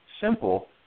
simple